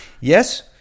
yes